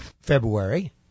February